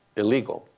illegal,